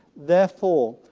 therefore,